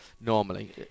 Normally